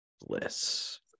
bliss